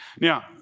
Now